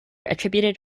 attributed